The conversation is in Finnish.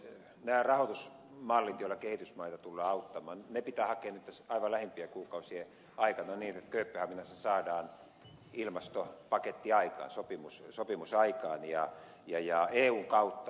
nämä rahoitusmallit joilla kehitysmaita tullaan auttamaan pitää hakea tässä aivan lähimpien kuukausien aikana niin että kööpenhaminassa saadaan ilmastopaketti aikaan sopimus aikaan ja eun kautta